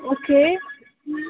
okay